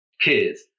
kids